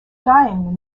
dying